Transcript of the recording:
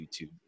youtube